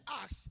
ask